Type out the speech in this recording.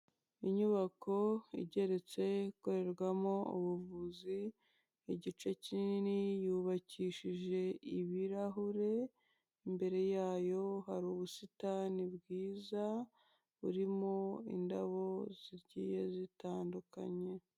Inyubako igeretse ikorerwamo ubuvuzi igice kinini yubakishije ibirahure imbere yayo hari ubusitani bwiza burimo indabo zigiye zitandukanye.